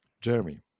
Jeremy